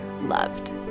loved